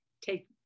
take